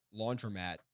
laundromat